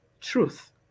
truth